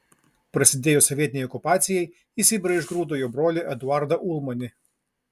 prasidėjus sovietinei okupacijai į sibirą išgrūdo jo brolį eduardą ulmanį